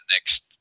next